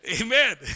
Amen